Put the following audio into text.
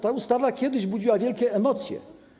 Ta ustawa kiedyś budziła wielkie emocje.